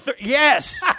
Yes